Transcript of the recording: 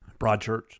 Broadchurch